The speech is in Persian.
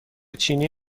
چینی